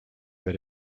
but